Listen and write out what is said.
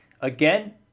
again